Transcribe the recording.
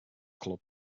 club